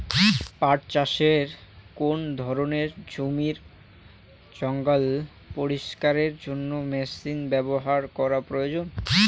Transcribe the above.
পাট চাষে কোন ধরনের জমির জঞ্জাল পরিষ্কারের জন্য মেশিন ব্যবহার করা প্রয়োজন?